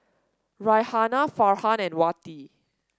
Raihana Farhan and Wati